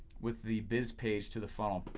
with the bizpage to the funnel?